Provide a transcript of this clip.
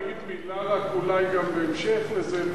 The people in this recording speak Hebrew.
בוא נגיד מלה רק אולי גם בהמשך לזה,